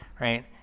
Right